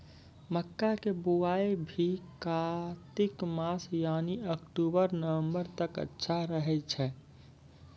मक्का के बुआई भी कातिक मास यानी अक्टूबर नवंबर तक अच्छा रहय छै